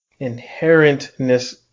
inherentness